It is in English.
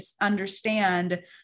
understand